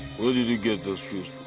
where did you get those shoes